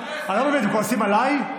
אני לא מבין, אתם כועסים עליי?